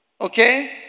Okay